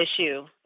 issue